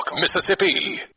Mississippi